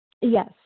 Yes